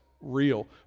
real